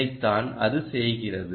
இதைத்தான் அது செய்கிறது